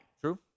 True